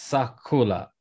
Sakula